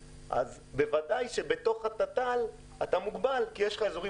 בוודאי שבתוך התת"ל אתה מוגבל כי יש לך אזורים